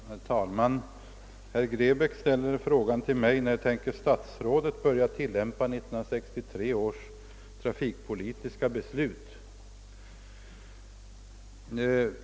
Herr talman! Herr Grebäck ställde följande fråga till mig: När tänker statsrådet börja tillämpa 1963 års trafikpolitiska beslut?